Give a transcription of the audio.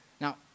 Now